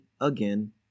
again